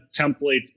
templates